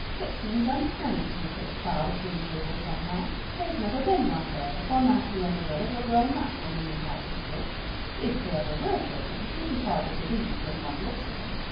it seems uncanny to think of a child at green gables somehow there's never been one there, for matthew and marilla were grown up when the new house was built if they ever were children, which is hard to believe when one looks at them.